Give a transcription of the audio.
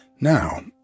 Now